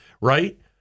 right